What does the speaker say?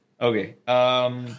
Okay